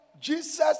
Jesus